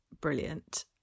brilliant